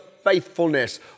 faithfulness